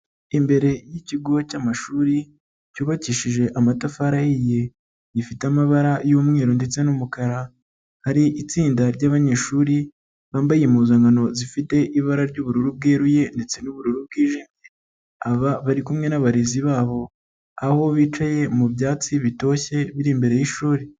Imbere y'ikigo cy'amashuri cyubakishije amatafari ahiye, gifite amabara y'umweru ndetse n'umukara, hari itsinda ry'abanyeshuri bambaye impuzankano zifite ibara ry'ubururu bweruye ndetse n'ubururu bwijimye, aba barikumwe n'abarezi babo aho bicaye mu byatsi bitoshye biri imbere y'ishuri.